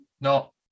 No